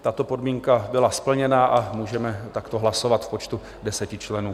Tato podmínka byla splněna a můžeme takto hlasovat v počtu 10 členů.